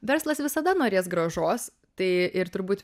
verslas visada norės grąžos tai ir turbūt